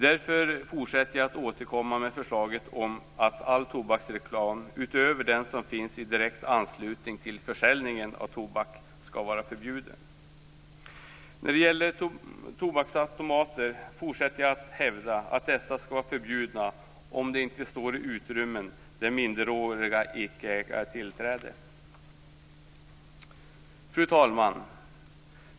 Därför fortsätter jag med att återkomma med förslaget om att all tobaksreklam utöver den som finns i direkt anslutning till försäljningen av tobak skall vara förbjuden. Också när det gäller tobaksautomater fortsätter jag att hävda att dessa skall vara förbjudna om de inte står i utrymmen som minderåriga icke äger tillträde till. Fru talman!